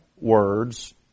words